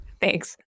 Thanks